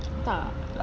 tak